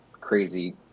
crazy